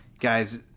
guys